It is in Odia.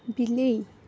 ବିଲେଇ